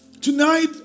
Tonight